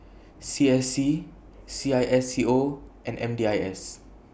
C S C C I S C O and M D I S